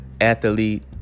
athlete